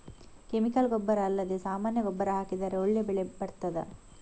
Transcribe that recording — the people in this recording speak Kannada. ಕೆಮಿಕಲ್ ಗೊಬ್ಬರ ಅಲ್ಲದೆ ಸಾಮಾನ್ಯ ಗೊಬ್ಬರ ಹಾಕಿದರೆ ಒಳ್ಳೆ ಬೆಳೆ ಬರ್ತದಾ?